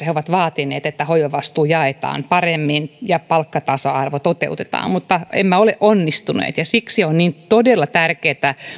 he ovat vaatineet että hoivavastuu jaetaan paremmin ja palkkatasa arvo toteutetaan mutta emme ole onnistuneet siksi on todella tärkeää